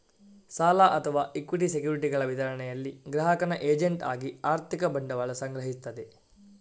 ಸಾಲ ಅಥವಾ ಇಕ್ವಿಟಿ ಸೆಕ್ಯುರಿಟಿಗಳ ವಿತರಣೆಯಲ್ಲಿ ಗ್ರಾಹಕನ ಏಜೆಂಟ್ ಆಗಿ ಆರ್ಥಿಕ ಬಂಡವಾಳ ಸಂಗ್ರಹಿಸ್ತದೆ